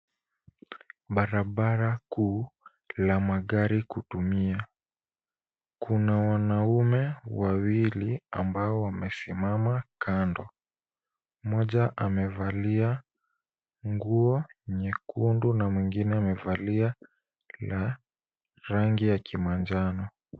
Barabara kuu la magari kutumia. Kuna wanaume wawili ambao wamesimama kando. Mmoja amevalia nguo nyekundu na mwingine amevalia la rangi ya kimanjano.